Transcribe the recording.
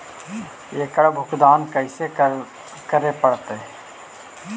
एकड़ भुगतान कैसे करे पड़हई?